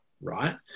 Right